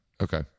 Okay